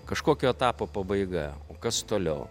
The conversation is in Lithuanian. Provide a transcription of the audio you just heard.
kažkokio etapo pabaiga o kas toliau